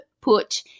put